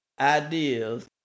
ideas